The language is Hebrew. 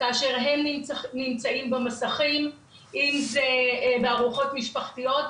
כאשר הם בעצם נמצאים כל הזמן במסכים אם זה בארוחות משפחתיות,